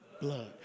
Blood